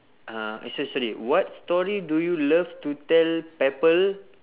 uh eh so~ sorry what story do you love to tell people